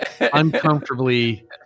uncomfortably